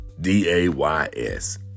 D-A-Y-S